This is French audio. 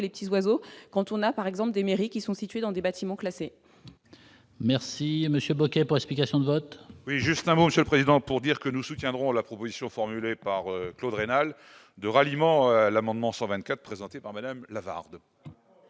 les petits oiseaux quand on a par exemple des mairies qui sont situés dans des bâtiments classés.